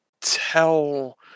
tell